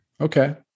Okay